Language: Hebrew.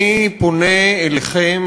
אני פונה אליכם,